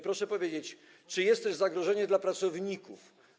Proszę powiedzieć, czy jest zagrożenie dla pracowników.